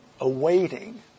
awaiting